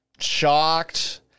shocked